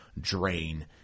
drain